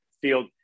field